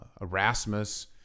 Erasmus